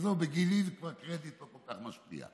עזוב, בגילי, קרדיט לא כל כך משפיע.